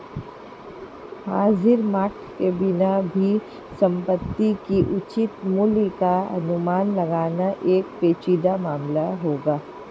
हाजिर मार्केट के बिना भी संपत्ति के उचित मूल्य का अनुमान लगाना एक पेचीदा मामला होगा